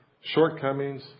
shortcomings